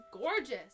gorgeous